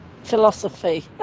philosophy